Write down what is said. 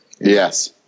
yes